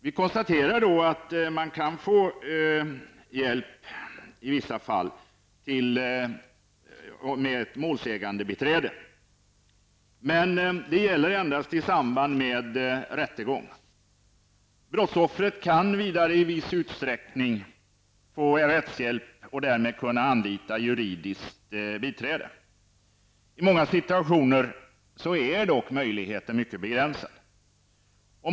Där framgår att man i vissa fall kan få hjälp med målsägandebiträde. Men det gäller endast i samband med rättegång. Brottsoffren kan även i viss utsträckning få rättshjälp och därmed anlita juridiskt biträde. I många situationer är dock möjligheten mycket begränsad.